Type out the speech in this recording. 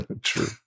True